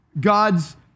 God's